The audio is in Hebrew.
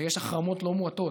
ויש החרמות לא מעטות.